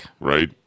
right